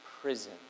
prison